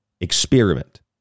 experiment